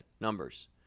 numbers